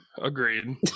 Agreed